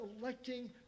electing